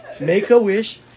Make-a-wish